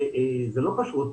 זה לא פשוט.